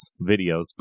videos